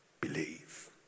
Believe